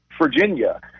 Virginia